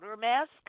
mask